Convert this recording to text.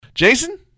Jason